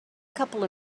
couple